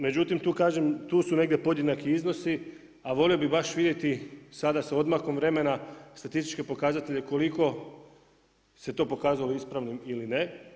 Međutim, tu kažem, tu su neki podjednaki iznosi, a volio bi baš vidjeti sada sa odmakom vremena statističke pokazatelje, koliko se to pokazalo ispravnim ili ne.